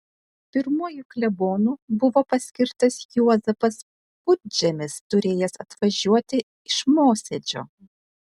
pirmuoju klebonu buvo paskirtas juozapas pudžemis turėjęs atvažiuoti iš mosėdžio